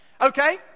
Okay